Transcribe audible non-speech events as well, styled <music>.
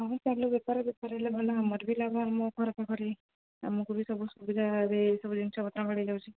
ହଁ ଚାଲୁ ବେପାର ବେପାର ହେଲେ ଭଲ ଆମର ବି ଲାଭ ମୁଁ <unintelligible> ଖାଇ ଆମକୁ ବି ସବୁ ସୁବିଧା ସବୁ ଜିନିଷପତ୍ର ମିଳିଯାଉଛି